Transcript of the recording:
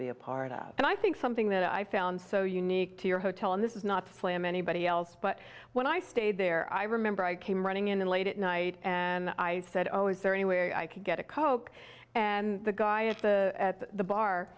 be a part of and i think something that i found so unique to your hotel in this is not flame anybody else but when i stayed there i remember i came running in late at night and i said oh is there any way i could get a coke and the guy at the at the bar